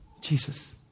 Jesus